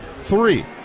three